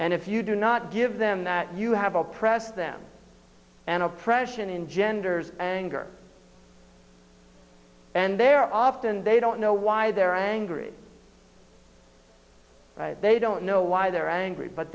and if you do not give them that you have oppressed them and oppression in genders anger and they're often they don't know why they're angry they don't know why they're angry but